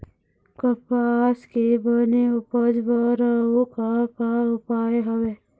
कपास के बने उपज बर अउ का का उपाय हवे?